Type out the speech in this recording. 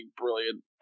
brilliant